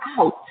out